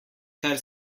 kar